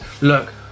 look